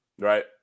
right